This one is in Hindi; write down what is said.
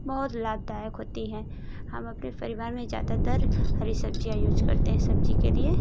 बहुत लाभदायक होती हैं हम अपने परिवार में ज़्यादातर हरी सब्ज़ियाँ यूज़ करते हैं सब्ज़ी के लिए